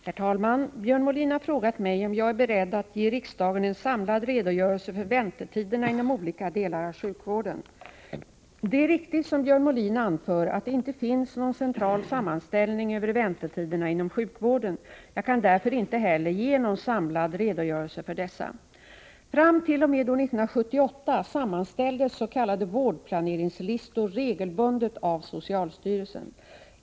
Herr talman! Björn Molin har frågat mig om jag är beredd att ge riksdagen en samlad redogörelse för väntetiderna inom olika delar av sjukvården. Det är riktigt, som Björn Molin anför, att det inte finns någon central sammanställning över väntetiderna inom sjukvården. Jag kan därför inte heller ge någon samlad redogörelse för dessa. Fram t.o.m. år 1978 sammanställdes s.k. vårdplaneringslistor regelbundet av socialstyrelsen.